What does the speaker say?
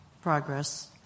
progress